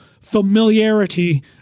familiarity